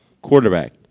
Quarterback